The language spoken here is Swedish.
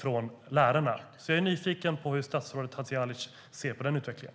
Jag är nyfiken på hur statsrådet Hadzialic ser på den utvecklingen.